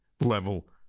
level